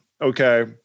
okay